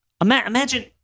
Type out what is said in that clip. Imagine